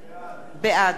ישראל חסון,